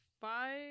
five